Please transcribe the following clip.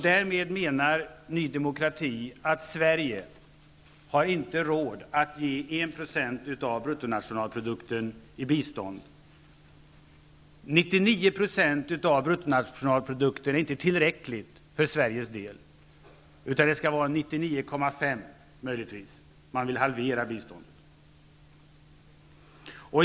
Därmed menar Ny demokrati att Sverige inte har råd att i bistånd ge 1 % av bruttonationalprodukten. 99 % av bruttonationalprodukten är inte tillräckligt för Sveriges del. Det skall möjligtvis vara 99,5 %. Man vill halvera biståndet.